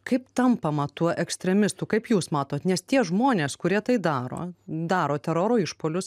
kaip tampama tuo ekstremistu kaip jūs matot nes tie žmonės kurie tai daro daro teroro išpuolius